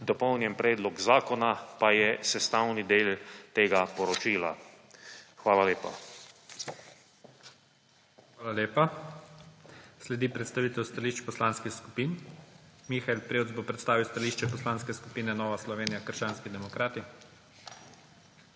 Dopolnjeni predlog zakona pa je sestavi del tega poročila. Hvala lepa. PREDSEDNIK IGOR ZORČIČ: Hvala lepa. Sledi predstavitev stališč poslanskih skupin. Mihael Prevec bo predstavil stališče Poslanske skupine Nova Slovenija − krščanski demokrati.